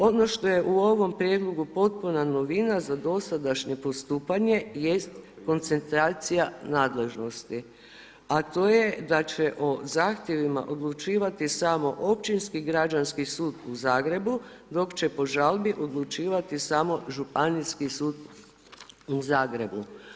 Ono što je u ovom prijedlogu potpuna novina, za dosadašnje postupanje, jeste koncentracija nadležnosti, a to je da će o zahtjevima odlučivati samo Općinski građanski sud u Zagrebu, dok će po žalbi odlučivati samo Županijski sud u Zagrebu.